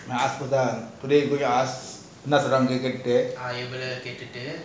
ask her that today ask என்ன செய்றங்கனு கேட்டுட்டு:enna seiranganu keatutu